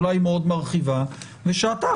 אולי מאוד מרחיבה ושאתה,